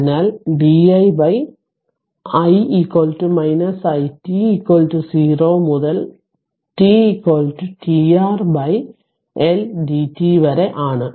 അതിനാൽ di i it 0 മുതൽ t t R L dt വരെ ആണ്